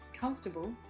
comfortable